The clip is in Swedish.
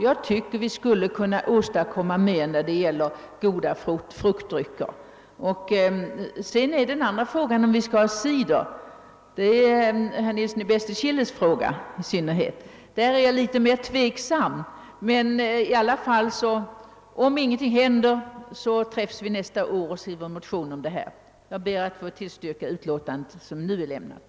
Jag tycker vi borde kunna åstadkomma mer när det gäller goda fruktdrycker. Sedan är det en annan fråga, om vi skall ha cider — det är herr Nilsson i Bästekille som är intresserad av den saken. Där är jag litet mer tveksam, men om ingenting händer träffas vi nästa år och skriver en motion. Jag ber att få yrka bifall till utskottets hemställan.